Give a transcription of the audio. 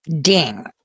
Ding